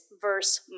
verse